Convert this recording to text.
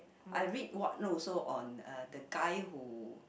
I read one no also on uh the guy who